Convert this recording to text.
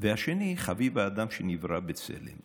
והשני, "חביב האדם שנברא בצלם".